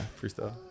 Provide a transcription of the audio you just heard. freestyle